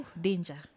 danger